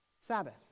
sabbath